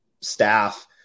staff